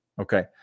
okay